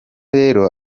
rero